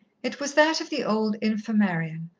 it was that of the old infirmarian,